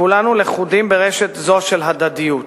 כולנו לכודים ברשת זו של הדדיות.